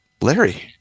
Larry